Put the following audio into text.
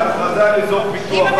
זאת הכרזה על אזור פיתוח.